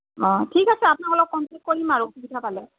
অঁ ঠিক আছে আপোনাক অলপ কণ্টেক কৰিম আৰু অসুবিধা পালে